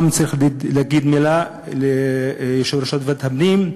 גם צריך להגיד מילה ליושב-ראש ועדת הפנים,